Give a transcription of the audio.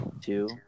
two